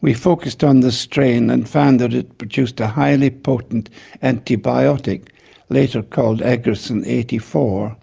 we focused on this strain and found that it produced a highly potent antibiotic later called agrocin eighty four